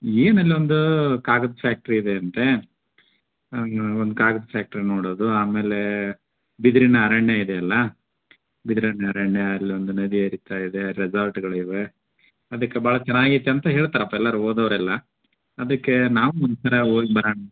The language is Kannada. ಏನಿಲ್ಲ ಒಂದು ಕಾಗದದ ಫ್ಯಾಕ್ಟ್ರಿ ಇದೆ ಅಂತೆ ಒಂದು ಕಾಗದದ ಫ್ಯಾಕ್ಟ್ರಿ ನೋಡೋದು ಆಮೇಲೆ ಬಿದಿರಿನ ಅರಣ್ಯ ಇದೆಯಲ್ಲ ಬಿದ್ರಿನ ಅರಣ್ಯ ಅಲ್ಲಿ ಒಂದು ನದಿ ಹರಿತಯಿದೆ ರೆಸಾರ್ಟ್ಗಳಿವೆ ಅದಕ್ಕೆ ಭಾಳ ಚೆನ್ನಾಗೈತೆ ಅಂತ ಹೇಳ್ತಾರಪ್ಪ ಎಲ್ಲರು ಹೋದವ್ರೆಲ್ಲ ಅದಕ್ಕೆ ನಾವು ಒಂದ್ಸಲ ಹೋಗ್ ಬರೋಣ